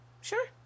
Sure